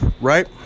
right